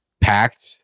packed